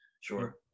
Sure